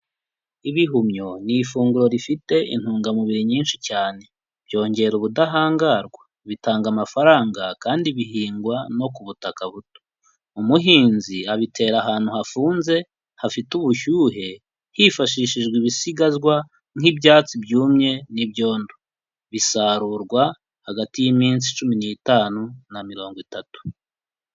Ibihumyo ni ifunguro rifite intungamubiri nyinshi cyane, byongera ubudahangarwa ritanga amafaranga kandi bihingwa no ku butaka buto, umuhinzi abitera ahantu hafunze kandi hafite ubushyuhe, hifashishijwe ibisigazwa nk'ibyatsi byumye n'ibyondo, bisarurwa hagati y'iminsi cumi n'itanu na mirongo itatu.